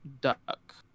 duck